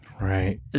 Right